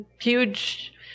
huge